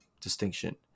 distinction